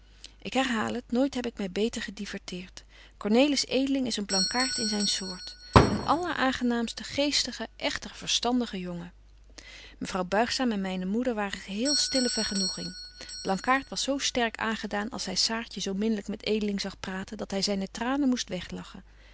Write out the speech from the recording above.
ik herhaal het nooit heb ik my beter gediverteert cornelis edeling is een blankaart in zyn soort een alleraangenaamste geestige echter verstandige jongen mevrouw buigzaam en myne moeder waren geheel stille vergenoeging blankaart was zo sterk aangedaan als hy saartje zo minlyk met edeling zag praten dat hy zyne tranen moest weg